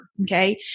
Okay